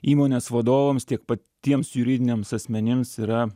įmonės vadovams tiek patiems juridiniams asmenims yra